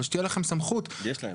אבל שתהיה לכם סמכות --- יש להם.